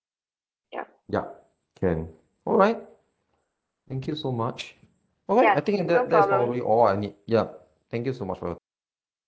ya can alright thank you so much alright I think that that's probably all I need yup thank you so much for your